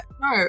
No